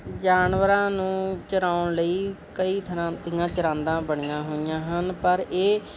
ਜਾਨਵਰਾਂ ਨੂੰ ਚਰਾਉਣ ਲਈ ਕਈ ਤਰ੍ਹਾਂ ਦੀਆਂ ਚਰਾਂਦਾ ਬਣੀਆਂ ਹੋਈਆਂ ਹਨ ਪਰ ਇਹ